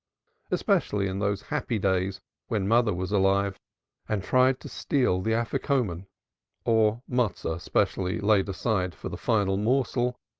especially in those happy days when mother was alive and tried to steal the afikuman or matso specially laid aside for the final morsel,